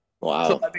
Wow